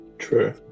true